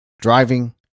Driving